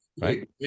right